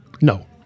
No